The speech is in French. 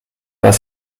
pas